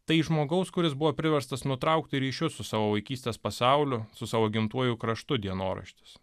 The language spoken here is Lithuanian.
tai žmogaus kuris buvo priverstas nutraukti ryšius su savo vaikystės pasauliu su savo gimtuoju kraštu dienoraštis